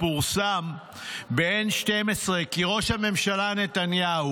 פורסם ב-N12 כי ראש הממשלה נתניהו